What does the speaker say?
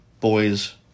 boys